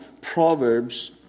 Proverbs